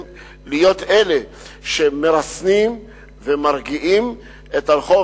אלה שמרסנים ומרגיעים את הרחוב,